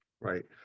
right